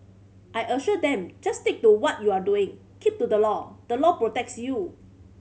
I assured them just stick to what you are doing keep to the law the law protects you